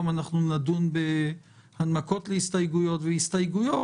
נדון בהסתייגויות ובהנמקות להסתייגויות,